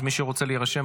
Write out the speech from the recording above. אז מי שרוצה להירשם,